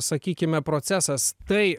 sakykime procesas tai